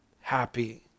happy